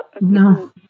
No